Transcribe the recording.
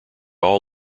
all